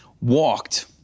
walked